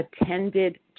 attended